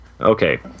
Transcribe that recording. Okay